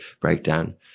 breakdown